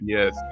Yes